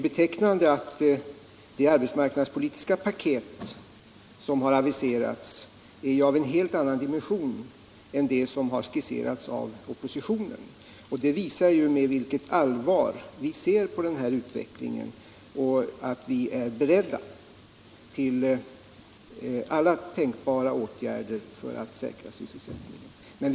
Betecknande är att det arbetsmarknadspolitiska paket som regeringen aviserat är av en helt annan dimension än det som skisserats av oppositionen. Detta visar det allvar med vilket 82 vi ser på utvecklingen, och det visar att vi är beredda att vidta alla tänkbara åtgärder för att säkra sysselsättningen.